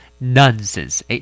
Nonsense